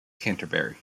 canterbury